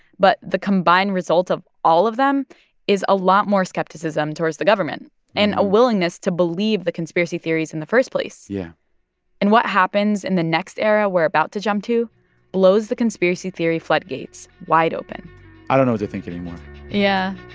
but the combined result of all of them is a lot more skepticism towards the government and a willingness to believe the conspiracy theories in the first place yeah and what happens in the next era we're about to jump to blows the conspiracy theory floodgates wide open i don't know what to think anymore yeah,